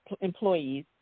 employees